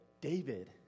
David